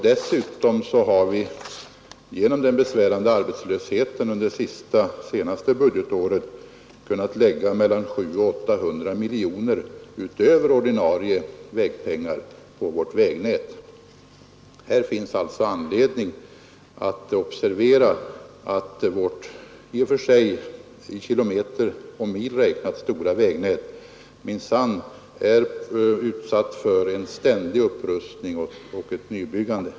Dessutom har vi genom den besvärliga arbetslösheten under det senaste budgetåret kunnat lägga mellan 700 och 800 miljoner kronor på vårt vägnät utöver ordinarie vägpengar. Här finns alltså anledning att observera att vårt i och för sig i mil räknat stora vägnät minsann är utsatt för en ständig upprustning och ett nybyggande.